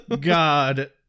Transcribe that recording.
God